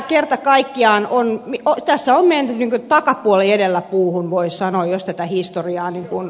kerta kaikkiaan tässä on menty takapuoli edellä puuhun voisi sanoa jos tätä historiaa katsoo